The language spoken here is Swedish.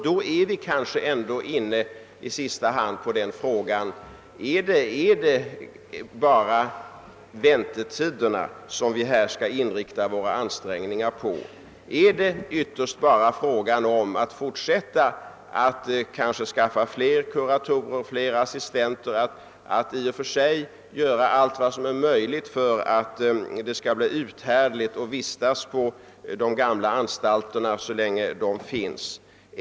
Då är vi kanske ändå i sista hand inne på frågan, huruvida det bara är väntetiderna som vi skall inrikta våra ansträngningar på. Är det ytterst bara fråga om att fortsätta att skaffa fler kuratorer och fler assistenter, att i och för sig göra allt vad som är möjligt för att det skall bli uthärdligt att vistas på de gamla anstalterna så länge de finns kvar?